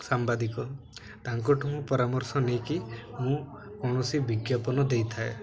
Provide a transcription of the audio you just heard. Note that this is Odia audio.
ସାମ୍ବାଦିକ ତାଙ୍କଠୁ ମୁଁ ପରାମର୍ଶ ନେଇକି ମୁଁ କୌଣସି ବିଜ୍ଞାପନ ଦେଇଥାଏ